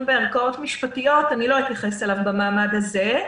בערכאות משפטיות לא אתייחס אליו במעמד הזה,